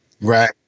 Right